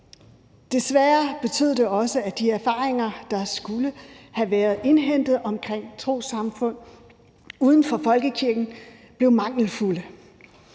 Desværre betød det også, at de erfaringer, der skulle have været indhentet omkring trossamfund uden for folkekirken blev mangelfulde.